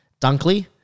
Dunkley